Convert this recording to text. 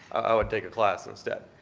i would take a class instead.